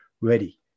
ready